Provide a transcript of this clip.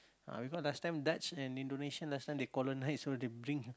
because last time Dutch and Indonesian last time they colonise so they bring